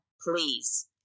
Please